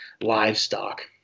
livestock